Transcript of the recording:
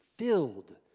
Filled